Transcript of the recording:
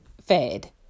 fed